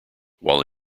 while